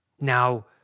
Now